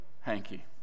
hanky